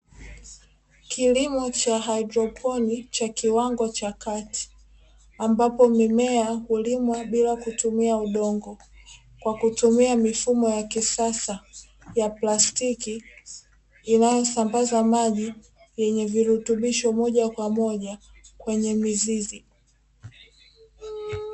Kilimo cha haidroponi cha kiwango cha kati, ambapo mimea hulimwa bila kutumia udongo, kwa kutumia mifumo ya kisasa ya plastiki, inayosambaza maji yenye virutubisho moja kwa moja kwenye mizizi.